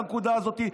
לנקודה הזאת,